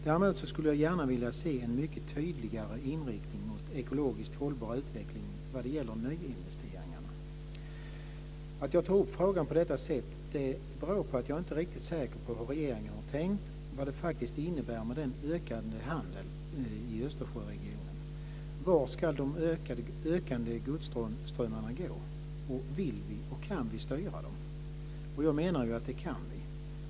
Däremot skulle jag gärna vilja se en mycket tydligare inriktning mot ekologiskt hållbar utveckling vad gäller nyinvesteringarna. Att jag tar upp frågan på detta sätt beror på att jag inte är riktigt säker på hur regeringen har tänkt och vad det faktiskt innebär med den ökande handeln i Vill vi och kan vi styra dem? Jag menar att det kan vi.